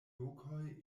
lokoj